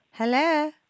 Hello